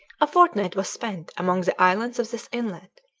a fortnight was spent among the islands of this inlet,